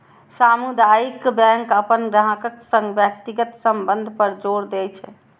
सामुदायिक बैंक अपन ग्राहकक संग व्यक्तिगत संबंध पर जोर दै छै